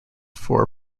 four